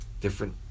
different